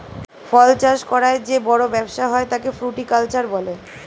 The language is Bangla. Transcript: ফল চাষ করার যে বড় ব্যবসা হয় তাকে ফ্রুটিকালচার বলে